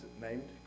named